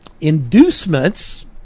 inducements